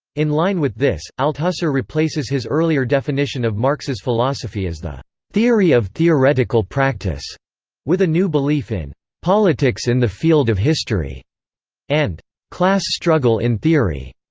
in line with this, althusser replaces his earlier definition of marx's philosophy as the theory of theoretical practice with a new belief in politics in the field of history and class struggle in theory.